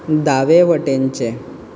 दावे वटेनचे